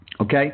Okay